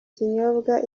kinyobwa